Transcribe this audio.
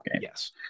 Yes